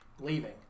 leaving